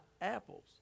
apples